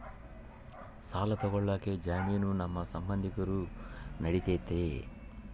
ಸಾಲ ತೊಗೋಳಕ್ಕೆ ಜಾಮೇನು ನಮ್ಮ ಸಂಬಂಧಿಕರು ನಡಿತೈತಿ?